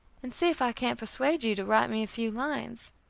and see if i can't persuade you to write me a few lines.